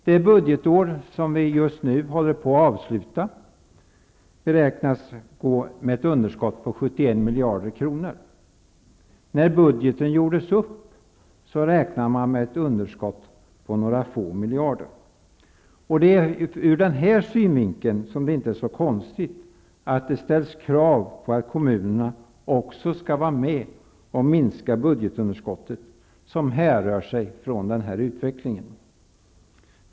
Det budgetår som vi nu håller på att avsluta beräknas få ett budgetunderskott på 71 miljarder kronor. När budgeten gjordes upp räknade man med ett underskott på några få miljarder. Från den synvinkeln är det inte så konstigt att det ställs krav på att kommunerna också skall vara med och minska budgetunderskott som härrör sig från den här utvecklingen.